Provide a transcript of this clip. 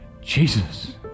Jesus